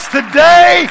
today